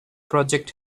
project